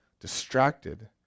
distracted